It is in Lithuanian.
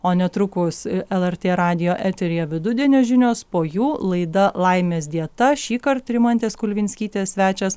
o netrukus lrt radijo eteryje vidudienio žinios po jų laida laimės dieta šįkart rimantės kulvinskaitės svečias